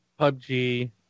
PUBG